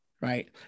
Right